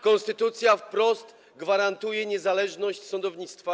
Konstytucja wprost gwarantuje niezależność sądownictwa.